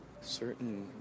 Certain